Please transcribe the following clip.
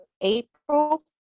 april